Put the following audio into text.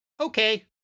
Okay